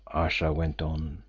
ayesha went on,